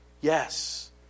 Yes